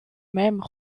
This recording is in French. mêmes